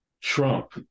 Trump